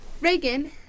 Reagan